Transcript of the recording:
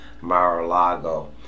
Mar-a-Lago